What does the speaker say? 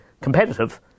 competitive